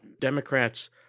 Democrats